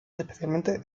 especialmente